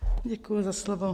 Děkuji za slovo.